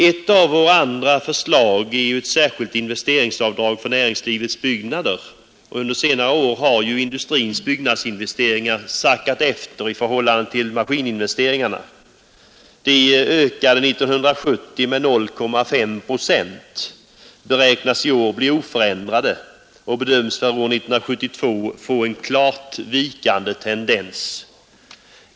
Ett av våra andra förslag är ett särskilt investeringsavdrag för näringslivets byggnader. Under senare år har industrins byggnadsinvesteringar sackat efter i förhållande till maskininvesteringarna. De ökade 1970 med 0,5 procent, beräknas i år bli oförändrade och bedöms för år 1972 få en klart vikande tendens.